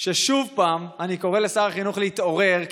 הוא ששוב אני קורא לשר החינוך להתעורר,